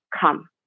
come